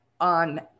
on